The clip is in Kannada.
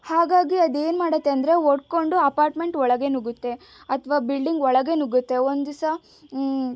ಹಾಗಾಗಿ ಅದೇನು ಮಾಡತ್ತೆ ಅಂದರೆ ಒಡ್ಕೊಂಡು ಅಪಾರ್ಟ್ಮೆಂಟ್ ಒಳಗೇ ನುಗ್ಗುತ್ತೆ ಅಥವಾ ಬಿಲ್ಡಿಂಗ್ ಒಳಗೇ ನುಗ್ಗುತ್ತೆ ಒಂದಿಸ